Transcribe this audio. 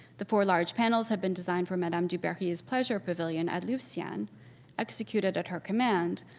the four large panels had been designed for madame du barry's pleasure pavilion at louveciennes executed at her command,